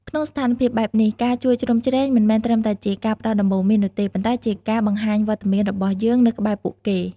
ក្នុងស្ថានភាពបែបនេះ ការជួយជ្រោមជ្រែងមិនមែនត្រឹមតែជាការផ្តល់ដំបូន្មាននោះទេ ប៉ុន្តែជាការបង្ហាញវត្តមានរបស់យើង នៅក្បែរពួកគេ។